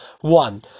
one